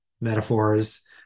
metaphors